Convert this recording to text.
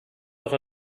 auch